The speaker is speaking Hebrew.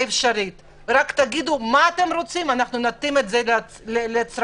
אם תגידו מה אתם רוצים, נוכל להתאים את זה לצרכים.